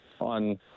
on